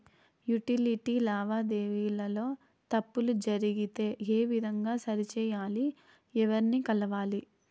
Utility లావాదేవీల లో తప్పులు జరిగితే ఏ విధంగా సరిచెయ్యాలి? ఎవర్ని కలవాలి?